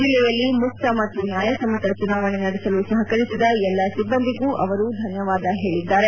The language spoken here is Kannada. ಜಿಲ್ಲೆಯಲ್ಲಿ ಮುಕ್ತ ಮತ್ತು ನ್ಯಾಯಸಮ್ಮತ ಚುನಾವಣೆ ನಡೆಸಲು ಸಹಕರಿಸಿದ ಎಲ್ಲಾ ಸಿಬ್ಬಂದಿಗೂ ಅವರು ಧನ್ಯವಾದ ಹೇಳಿದ್ದಾರೆ